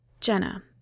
Jenna